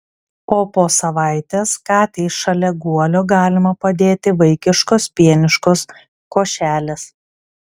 o po savaitės katei šalia guolio galima padėti vaikiškos pieniškos košelės